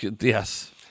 Yes